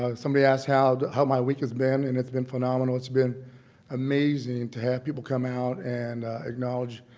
ah somebody asked how how my week has been and it's been phenomenal. it's been amazing to have people come out and acknowledge